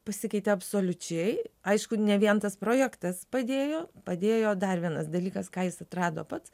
pasikeitė absoliučiai aišku ne vien tas projektas padėjo padėjo dar vienas dalykas ką jis atrado pats